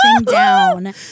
down